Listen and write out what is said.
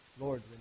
Lord